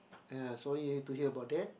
ya sorry eh to hear about that